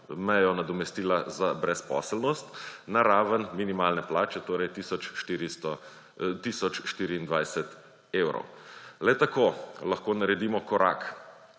meja nadomestila za brezposelnost na raven minimalne plače, torej tisoč 24 evrov. Le tako lahko naredimo korak